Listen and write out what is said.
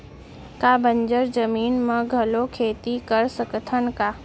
का बंजर जमीन म घलो खेती कर सकथन का?